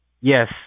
Yes